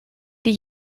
die